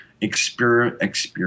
experience